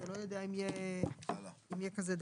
אתה לא יודע אם יהיה כזה דבר.